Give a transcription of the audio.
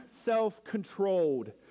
self-controlled